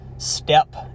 step